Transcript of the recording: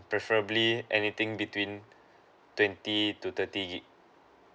preferably anything between twenty to thirty gigabyte